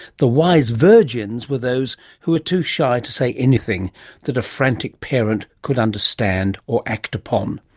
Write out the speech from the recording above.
the wise virgins were those who were too shy to say anything that a frantic parent could understand or act upon.